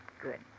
Good